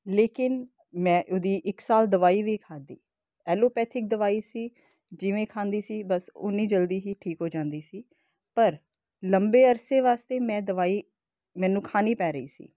ਲੇਕਿਨ ਮੈਂ ਉਹਦੀ ਇੱਕ ਸਾਲ ਦਵਾਈ ਵੀ ਖਾਧੀ ਐਲੋਪੈਥਿਕ ਦਵਾਈ ਸੀ ਜਿਵੇਂ ਖਾਂਦੀ ਸੀ ਬਸ ਉੰਨੀ ਜਲਦੀ ਹੀ ਠੀਕ ਹੋ ਜਾਂਦੀ ਸੀ ਪਰ ਲੰਬੇ ਅਰਸੇ ਵਾਸਤੇ ਮੈਂ ਦਵਾਈ ਮੈਨੂੰ ਖਾਣੀ ਪੈ ਰਹੀ ਸੀ